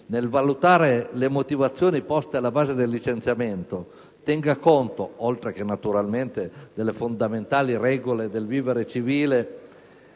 nel valutare le motivazioni poste alla base del licenziamento, tenga conto, oltre che naturalmente delle fondamentali regole del vivere civile